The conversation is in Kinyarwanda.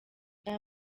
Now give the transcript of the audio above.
aya